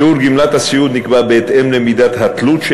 שיעור גמלת הסיעוד נקבע בהתאם למידת התלות של